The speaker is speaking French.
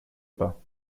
pas